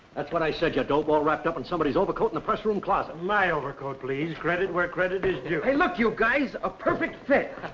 that's what i said, you dope, all wrapped up in somebody's overcoat in the pressroom closet. my overcoat, please. credit where credit is due. hey, look, you guys. a perfect fit.